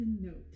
note